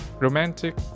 romantic